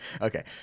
Okay